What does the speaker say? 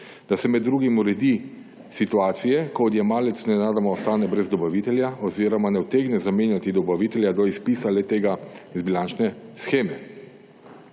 da se med drugim uredijo situacije, ko odjemalec nenadoma ostane brez dobavitelja oziroma ne utegne zamenjati dobavitelja do izpisa le- tega iz bilančne sheme.